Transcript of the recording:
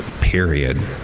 period